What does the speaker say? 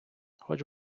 хоч